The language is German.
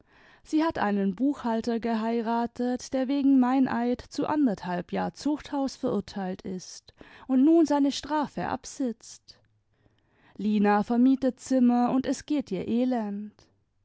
sie hat einen buchhalter geheiratet der wegen meineid zu anderthalb jahr zuchthaus verurteilt ist und nun seine strafe absitzt lina vermietet zimmer und es geht ihr elend